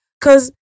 Cause